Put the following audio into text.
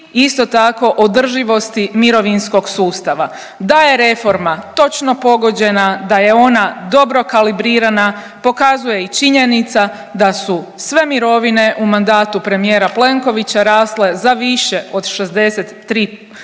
isto tako, održivosti mirovinskog sustava. Da je reforma točno pogođena, da je ona dobro kalibrirana, pokazuje i činjenica da su sve mirovine u mandatu premijera Plenkovića rasle za više od 63, za